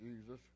Jesus